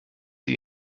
die